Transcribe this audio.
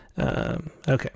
Okay